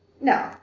No